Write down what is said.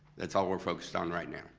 that's all we're focused on right now.